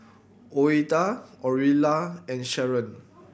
Ouida Orilla and Sherron